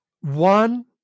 One